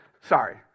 Sorry